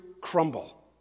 crumble